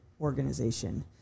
organization